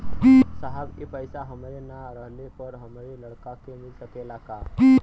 साहब ए पैसा हमरे ना रहले पर हमरे लड़का के मिल सकेला का?